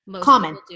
common